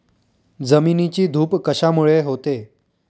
जमिनीची धूप कशामुळे होते?